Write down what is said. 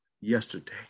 yesterday